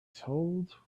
told